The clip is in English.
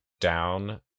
down